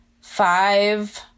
five